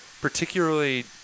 particularly